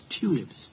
tulips